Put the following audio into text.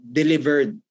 delivered